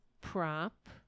prop